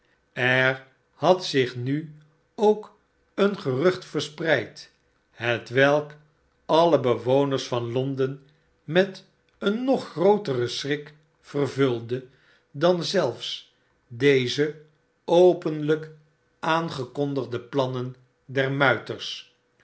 er had zich nu ook een gerucht verspreid hetwelk alle bewoners van londen met nog grooteren schrik vervulde dan zelfe deze openlrjk aangekondigde plannen der muiters